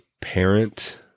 parent